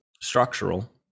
structural